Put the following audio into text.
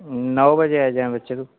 नौ बजे आई जायां बच्चे तूं